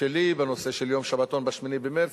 שלי בנושא של יום שבתון ב-8 במרס.